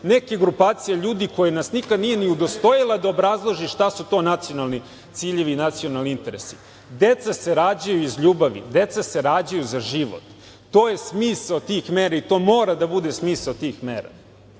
neke grupacije ljudi koja nas nikada nije ni udostojila da obrazloži šta su to nacionalni ciljevi i nacionalni interesi. Deca se rađaju iz ljubavi. Deca se rađaju za život. To je smisao tih mera i to mora da bude smisao tih